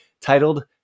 titled